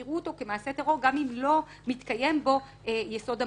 יראו אותו כמעשה טרור גם אם לא מתקיים בו יסוד המטרה.